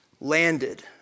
Landed